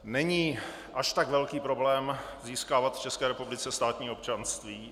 Není až tak velký problém získávat v České republice státní občanství.